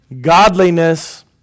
godliness